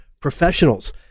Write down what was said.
Professionals